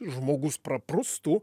žmogus praprustų